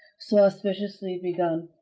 so auspiciously begun,